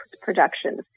Productions